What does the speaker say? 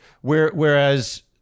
whereas